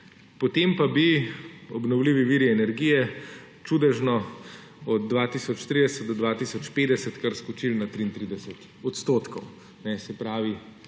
Potem pa bi obnovljivi viri energije čudežno od 2030 do 2050 kar skočili na 33 odstotkov;